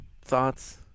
thoughts